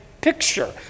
picture